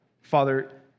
Father